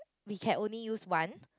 we can only use one